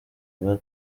bwa